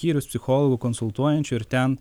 skyrių psichologų konsultuojančių ir ten